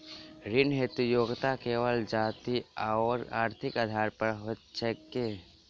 ऋण हेतु योग्यता केवल जाति आओर आर्थिक आधार पर होइत छैक की?